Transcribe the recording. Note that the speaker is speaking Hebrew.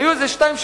היו איזה שתיים,